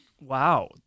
Wow